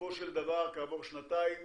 ובסופו של דבר כעבור שנתיים